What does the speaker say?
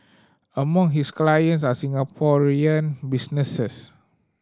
among his clients are Singaporean businesses